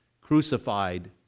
crucified